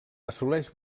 assoleix